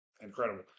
incredible